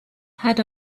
had